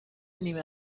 نیمه